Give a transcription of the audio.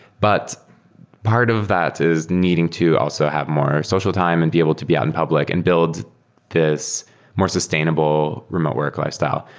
but part of that is needing to also have more social time and be able to be out in public and build this more sustainable remote work lifestyle.